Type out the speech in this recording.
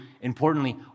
importantly